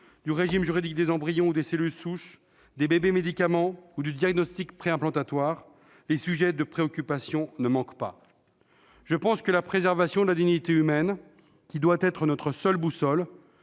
du régime juridique des embryons ou des cellules souches, des bébés-médicaments ou du diagnostic préimplantatoire, les sujets de préoccupation ne manquent pas. La préservation de la dignité humaine doit être notre seule boussole.